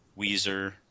Weezer